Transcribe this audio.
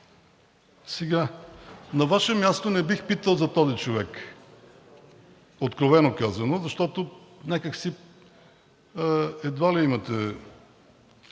На Ваше място не бих питал за този човек, откровено казано, защото, някак си, едва ли има